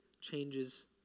changes